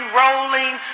rolling